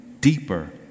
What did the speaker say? deeper